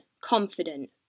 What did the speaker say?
confident